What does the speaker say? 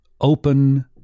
open